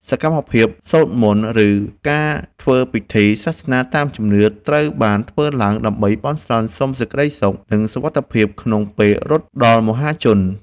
សកម្មភាពសូត្រមន្ត ឬការធ្វើពិធីសាសនាតាមជំនឿ ត្រូវបានធ្វើឡើងដើម្បីបន់ស្រន់សុំសេចក្ដីសុខ និងសុវត្ថិភាពក្នុងពេលរត់ដល់មហាជន។